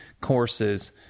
courses